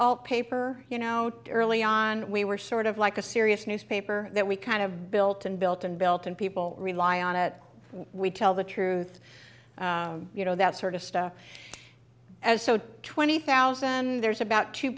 all paper you know to early on we were sort of like a serious newspaper that we kind of built and built and built and people rely on it we tell the truth you know that sort of stuff as so twenty thousand there's about two